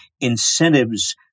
incentives